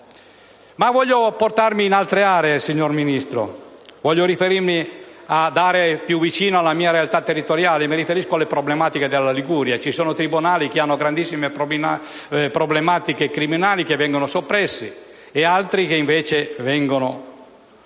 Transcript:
Ma voglio portarmi in altre aree, signora Ministro. Voglio riferirmi ad aree più vicine alla mia realtà territoriale. Mi riferisco alle problematiche della Liguria. Ci sono tribunali che hanno grandissime problematiche criminali e che vengono soppressi e altri la cui competenza